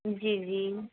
जी जी